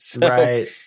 Right